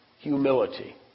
humility